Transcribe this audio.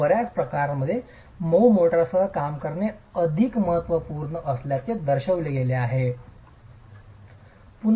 बर्याच प्रकरणांमध्ये मऊ मोर्टारसह काम करणे अधिक अर्थपूर्ण असल्याचे दर्शविले गेले आहे ठीक आहे